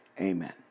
Amen